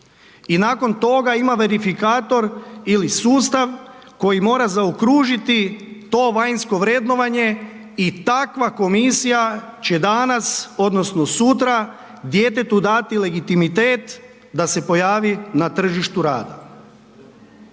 i nakon toga ima verifikator ili sustav koji mora zaokružiti to vanjsko vrednovanje i takva komisija će danas odnosno sutra djetetu dati legitimitet da se pojavi na tržištu rada.